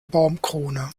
baumkrone